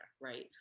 right